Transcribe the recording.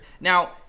Now